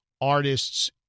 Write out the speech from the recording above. artists